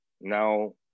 now